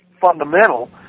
fundamental